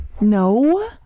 No